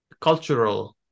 cultural